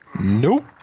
Nope